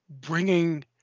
bringing